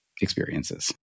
experiences